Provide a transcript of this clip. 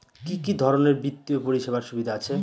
কি কি ধরনের বিত্তীয় পরিষেবার সুবিধা আছে?